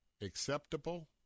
acceptable